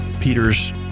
Peter's